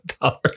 dollars